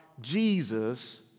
Jesus